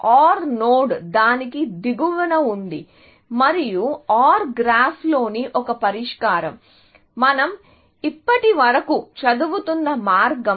OR node దానికి దిగువన ఉంది మరియు OR గ్రాఫ్లోని ఒక పరిష్కారం మనం ఇప్పటివరకు చదువుతున్న మార్గం